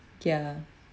ya